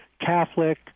Catholic